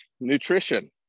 nutrition